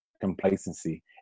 complacency